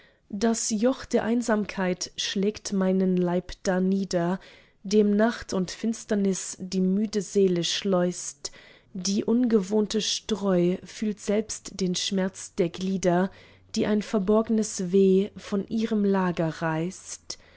das joch der einsamkeit schlägt meinen leib darnieder dem nacht und finsternis die müde seele schleußt die ungewohnte streu fühlt selbst den schmerz der glieder die ein verborgnes weh von ihrem lager reißt